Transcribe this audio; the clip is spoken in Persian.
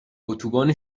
اتوبان